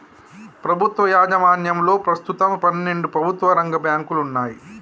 ప్రభుత్వ యాజమాన్యంలో ప్రస్తుతం పన్నెండు ప్రభుత్వ రంగ బ్యాంకులు వున్నయ్